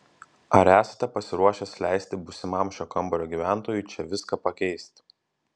ar esate pasiruošęs leisti būsimam šio kambario gyventojui čia viską pakeisti